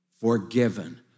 forgiven